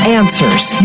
answers